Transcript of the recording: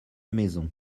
maison